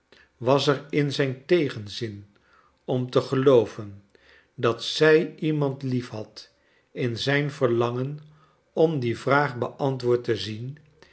was er in zijn tegenzin om te gelooven dat zij iemand liefhad in zijn verlangen om die vraag beantwoord te zien